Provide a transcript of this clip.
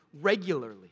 regularly